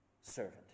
servant